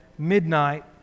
midnight